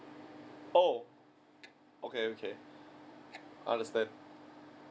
oh okay okay understand